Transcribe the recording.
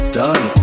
done